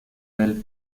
del